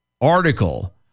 article